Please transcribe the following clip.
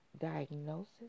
diagnosis